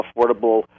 affordable